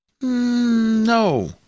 no